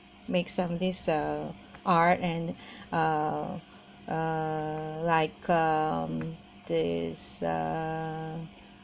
um make some this uh art and uh uh like um this uh